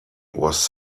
was